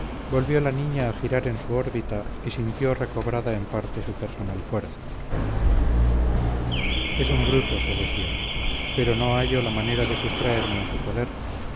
volvió la niña a girar en su órbita y sintió recobrada en parte su personal fuerza es un bruto se decía pero no hallo la manera de sustraerme a su poder